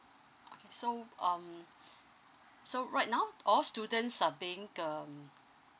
okay so um so right now all students are being um